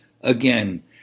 Again